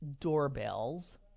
doorbells